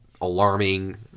alarming